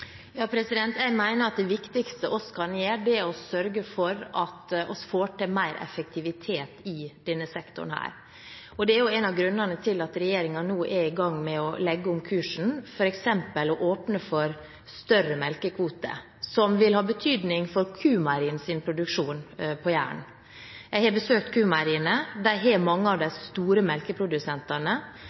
Jeg mener at det viktigste vi kan gjøre, er å sørge for at vi får til mer effektivitet i denne sektoren. Det er en av grunnene til at regjeringen nå er i gang med å legge om kursen, f.eks. å åpne for større melkekvote, noe som vil ha betydning for Q-Meierienes produksjon på Jæren. Jeg har besøkt Q-Meieriene. De har mange av de store melkeprodusentene,